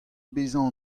bezañ